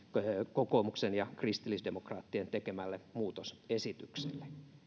kokoomuksen ja kristillisdemokraattien tekemälle muutosesitykselle